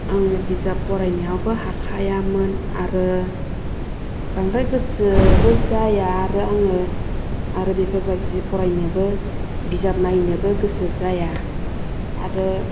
आङो बिजाब फराय नायावबो हाखायामोन आरो बांद्राय गोसोबो जाया आरो बेफोर बायदि फरायनो बिजाब नायनोबो गोसो जाया आरो